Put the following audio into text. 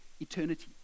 eternity